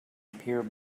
appear